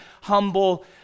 humble